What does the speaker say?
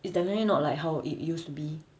it's definitely not like how it used to be